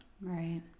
right